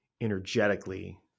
energetically